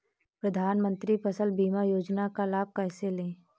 प्रधानमंत्री फसल बीमा योजना का लाभ कैसे लें?